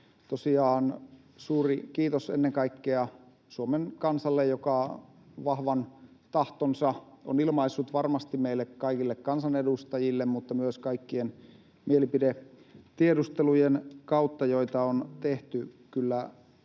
Tosiaan suuri kiitos ennen kaikkea Suomen kansalle, joka vahvan tahtonsa on ilmaissut varmasti meille kaikille kansanedustajille mutta myös kaikkien mielipidetiedustelujen kautta, joita on tehty. Kyllä